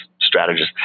strategist